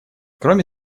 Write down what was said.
кроме